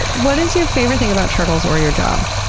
what is your favorite thing about turtles or your job?